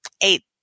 eight